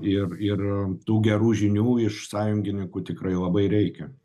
ir ir tų gerų žinių iš sąjungininkų tikrai labai reikia